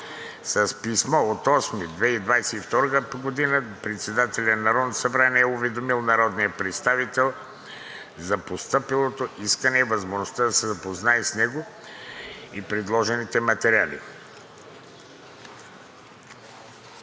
С писмо от 8 ноември 2022 г. председателят на Народното събрание е уведомил народния представител за постъпилото искане и възможността да се запознае с него и предложените материали.